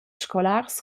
scolars